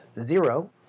zero